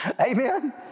Amen